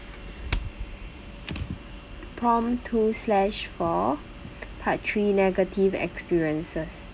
prompt two slash four part three negative experiences